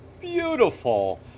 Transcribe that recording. beautiful